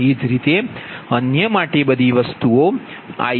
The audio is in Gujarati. એજ રીતે અન્ય માટે બધી વસ્તુઓIf13j0